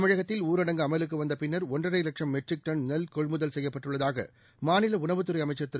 தமிழகத்தில் ஊரடங்கு அமலுக்கு வந்த பின்னா் ஒன்றரை வட்சம் மெட்ரிக் டன் நெல் கொள்முதல் செய்யப்பட்டுள்ளதாக மாநில உணவுத்துறை அமைச்சர் திரு